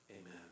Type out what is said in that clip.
Amen